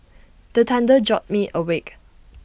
the thunder jolt me awake